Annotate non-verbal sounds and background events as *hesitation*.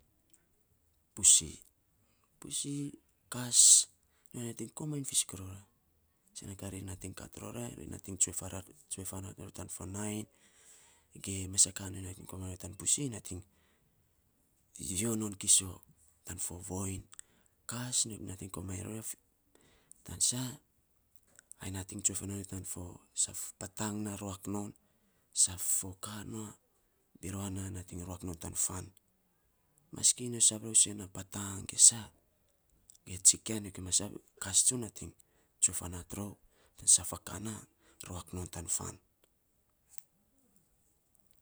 Pusi, pusi an kas nyo nating komainy fisok ror ya. Sen na ka ri nating kat ror ya ri nating tsue *hesitation* fanat ror tannainy ge mes a ka nyo nating komainy rou ya tan pusi nating vio non kiso tan fo voiny. Kas nating komainy rou ya tan sa ai nating tsue fanat non tan fo patang ruak non saf fo birua na nating ruak non tan fan. Maski nyo sab rou sen a patang ge sa ge tskia nyo gima sab, kas tsun nating tsue fanat rou tan saf a ka na ruak non tan fan.